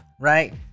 right